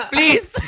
Please